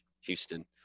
Houston